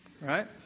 Right